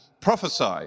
prophesy